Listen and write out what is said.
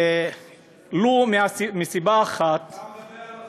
ולו מסיבה אחת, אתה מדבר על